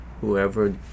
whoever